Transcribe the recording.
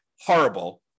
horrible